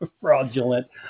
fraudulent